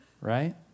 Right